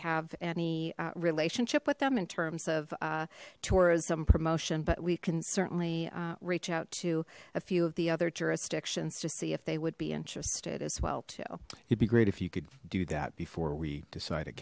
have any relationship with them in terms of tourism promotion but we can certainly reach out to a few of the other jurisdictions to see if they would be interested as well it'd be great if you could do that before we decide